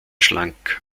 schlank